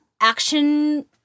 action